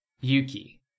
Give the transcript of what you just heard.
Yuki